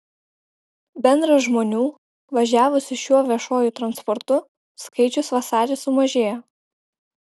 bendras žmonių važiavusių šiuo viešuoju transportu skaičius vasarį sumažėjo